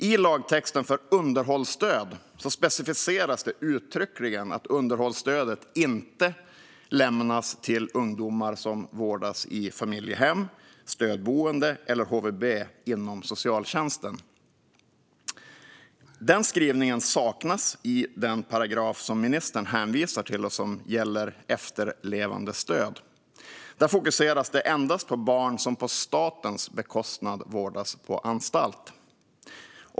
I lagtexten för underhållsstöd specificeras det uttryckligen att underhållsstöd inte lämnas till ungdomar som vårdas i familjehem, stödboende eller HVB inom socialtjänsten. Den skrivningen saknas i den paragraf som ministern hänvisar till och som gäller efterlevandestöd. Där fokuseras det endast på barn som på statens bekostnad vårdas på anstalt.